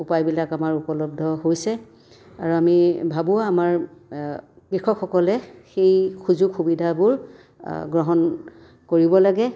উপায়বিলাক আমাৰ উপলব্ধ হৈছে আৰু আমি ভাবো আমাৰ কৃষকসকলে সেই সুযোগ সুবিধাবোৰ গ্ৰহণ কৰিব লাগে